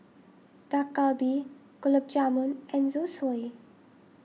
Dak Galbi Gulab Jamun and Zosui